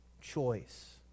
choice